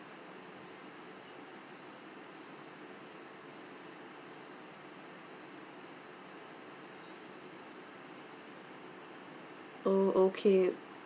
oh okay